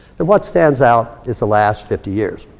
and what stands out is the last fifty years.